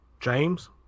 James